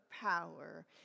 power